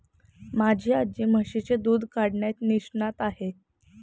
माझी आजी म्हशीचे दूध काढण्यात निष्णात आहे